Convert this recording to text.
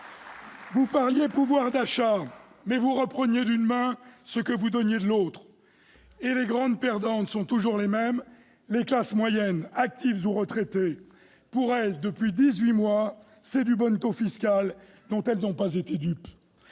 Vous parliez pouvoir d'achat, mais vous repreniez d'une main ce que vous donniez de l'autre. Les grands perdants sont toujours les mêmes, à savoir les classes moyennes actives ou retraitées. Pour elles, depuis dix-huit mois, c'est un bonneteau fiscal dont elles n'ont pas été dupes.